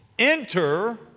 Enter